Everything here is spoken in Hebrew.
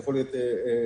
יכול להיות פקטור.